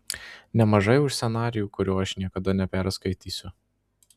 nemažai už scenarijų kurio aš niekada neperskaitysiu